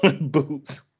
boots